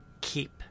keep